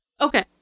okay